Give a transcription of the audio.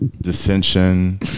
dissension